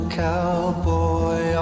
cowboy